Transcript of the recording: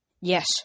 Yes